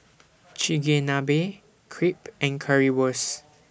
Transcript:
Chigenabe Crepe and Currywurst